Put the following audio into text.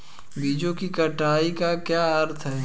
बीजों की कटाई का क्या अर्थ है?